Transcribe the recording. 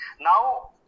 Now